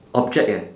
object eh